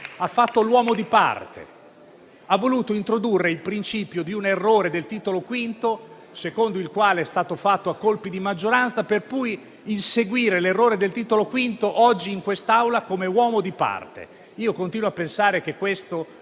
ha fatto l'uomo di parte, ha voluto introdurre il principio di un errore del Titolo V, secondo il quale è stato fatto a colpi di maggioranza, per poi inseguire l'errore del Titolo V oggi in quest'Aula come uomo di parte. Io continuo a pensare che questo